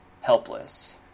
helpless